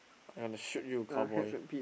I want to shoot you cowboy